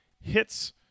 hits